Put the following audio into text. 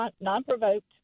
non-provoked